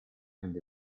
and